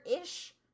ish